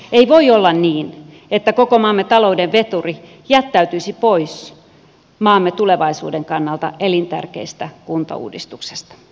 ei voi olla niin että koko maamme talouden veturi jättäytyisi pois maamme tulevaisuuden kannalta elintärkeästä kuntauudistuksesta